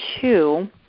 two